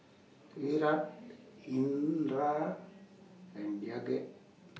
Virat Indira and Jagat